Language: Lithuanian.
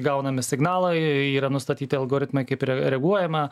gaunami signalai yra nustatyti algoritmai kaip reaguojama